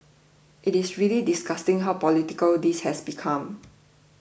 it is really disgusting how political this has become